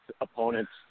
opponents